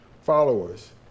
followers